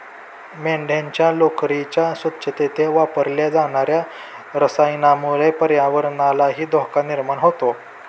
मेंढ्यांच्या लोकरीच्या स्वच्छतेत वापरल्या जाणार्या रसायनामुळे पर्यावरणालाही धोका निर्माण होतो